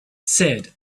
said